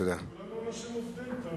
כולנו אנשים עובדים.